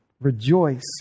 Rejoice